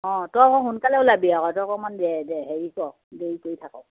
অঁ তই আকৌ সোনকালে ওলাবি আকৌ তই আকৌ অকণমান দে হেৰি কৰ দেৰি কৰি থাকো